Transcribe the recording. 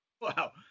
Wow